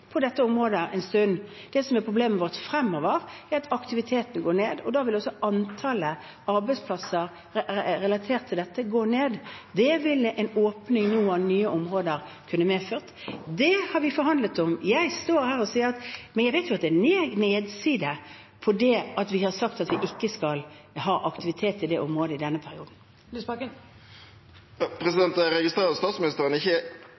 på dette området en stund. Det som er problemet vårt fremover, er at aktiviteten går ned, og da vil også antallet arbeidsplasser relatert til dette gå ned. Det ville en åpning av nye områder nå kunne hindret. Det har vi forhandlet om. Jeg vet jo at det har en nedside at vi har sagt at vi ikke skal ha aktivitet i det området i denne perioden. Det blir oppfølgingsspørsmål – Audun Lysbakken Jeg registrerer at statsministeren ikke